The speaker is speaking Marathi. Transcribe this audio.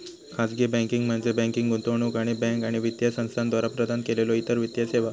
खाजगी बँकिंग म्हणजे बँकिंग, गुंतवणूक आणि बँका आणि वित्तीय संस्थांद्वारा प्रदान केलेल्यो इतर वित्तीय सेवा